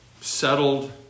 settled